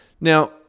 Now